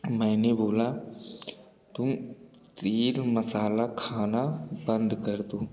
मैंने बोला तुम तेल मसाला खाना बंद कर दो